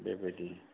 बेबायदि